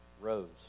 rose